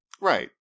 Right